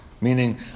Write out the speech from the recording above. Meaning